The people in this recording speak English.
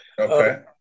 Okay